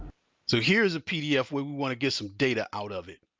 so here's a pdf, we we wanna get some data out of it.